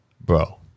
Bro